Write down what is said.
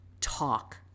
talk